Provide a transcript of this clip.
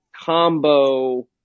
combo